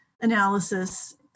analysis